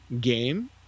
game